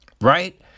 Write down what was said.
right